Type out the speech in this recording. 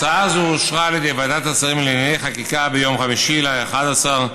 הצעה זו אושרה על ידי ועדת השרים לענייני חקיקה ביום 5 בנובמבר 2017,